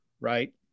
right